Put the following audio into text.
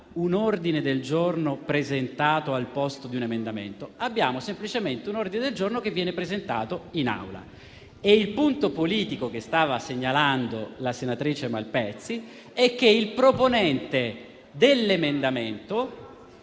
un ordine del giorno presentato al posto di un emendamento. Abbiamo semplicemente un ordine del giorno che viene presentato in Aula. Il punto politico che stava segnalando la senatrice Malpezzi è che il proponente dell'emendamento